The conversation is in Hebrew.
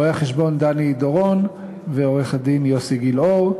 רואה-החשבון דני דורון ועורך-הדין יוסי גילאור.